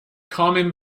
common